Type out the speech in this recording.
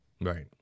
Right